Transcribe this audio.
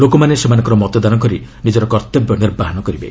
ଲୋକମାନେ ସେମାନଙ୍କର ମତଦାନ କରି ନିଜର କର୍ତ୍ତବ୍ୟ ନିର୍ବାହନ କରିବେ